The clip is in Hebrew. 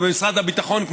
ובמשרד הביטחון,